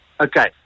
Okay